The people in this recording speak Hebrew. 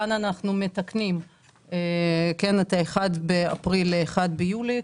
כאן אנחנו מתקנים את ה-1 באפריל ל-1 ביולי,